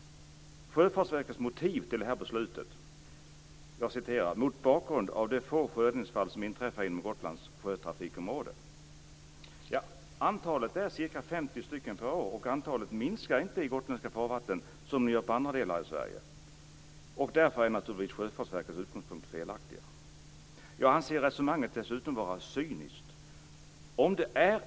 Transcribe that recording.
Sjöfartsverkets motiv till beslutet är "mot bakgrund av de få sjöräddningsfall som inträffar inom Gotlands sjötrafikområde". Ja, antalet är ca 50 per år men det minskar inte i gotländska farvattnen som är fallet i andra delar av Sverige. Därför är Sjöfartsverkets utgångspunkt felaktig. Jag anser att resonemanget dessutom är cyniskt.